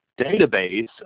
database